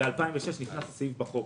ב-2006 נכנס סעיף בחוק.